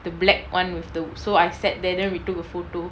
the black one with the so I sat there then we took a photo